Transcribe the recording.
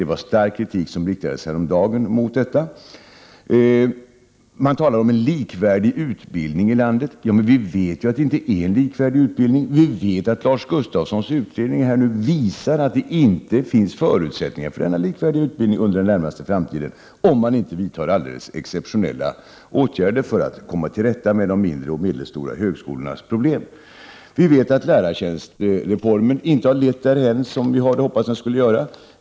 Häromdagen riktades stark kritik mot detta. Man talar om en likvärdig utbildning i landet. Ja, men vi vet ju att utbildningen inte är likvärdig! Lars Gustafssons utredning visar att det inte finns förutsättningar för någon likvärdig utbildning under den närmaste framtiden, om man inte vidtar alldeles exceptionella åtgärder för att komma till rätta med de mindre och medelstora högskolornas problem. Vi vet att lärartjänstreformen inte har lett därhän som vi hade hoppats att den skulle göra.